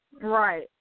Right